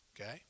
Okay